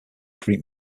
greek